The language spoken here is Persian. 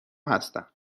هستم